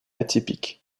atypique